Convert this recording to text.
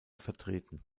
vertreten